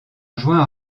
joint